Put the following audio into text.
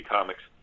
Comics